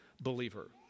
believer